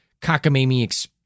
cockamamie